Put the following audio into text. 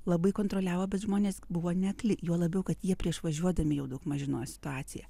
labai kontroliavo bet žmonės buvo ne akli juo labiau kad jie prieš važiuodami jau daugmaž žinojo situaciją